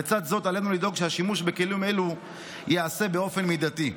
אך לצד זאת עלינו לדאוג שהשימוש בכלים אלו ייעשה באופן מידתי.